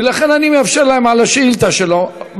ולכן אני מאפשר להם על השאילתה שלו.